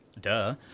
duh